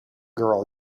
girl